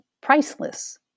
priceless